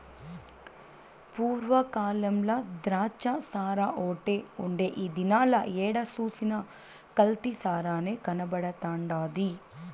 పూర్వ కాలంల ద్రాచ్చసారాఓటే ఉండే ఈ దినాల ఏడ సూసినా కల్తీ సారనే కనబడతండాది